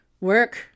work